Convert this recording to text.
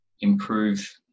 improve